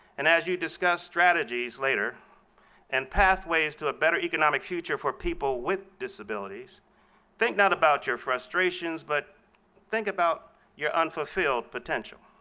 and as you discuss strategies later and pathways to a better economic future for people with disabilities think not about your frustrations, but think about your unfulfilled potential.